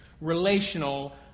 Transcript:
relational